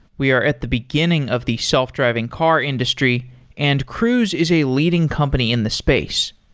we are at the beginning of the self-driving car industry and cruise is a leading company in the space.